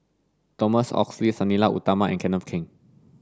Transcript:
Thomas Oxley Sang Nila Utama and Kenneth Keng